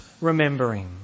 remembering